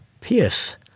Pierce